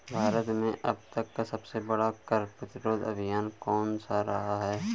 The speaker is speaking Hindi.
भारत में अब तक का सबसे बड़ा कर प्रतिरोध अभियान कौनसा रहा है?